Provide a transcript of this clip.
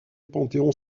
panthéon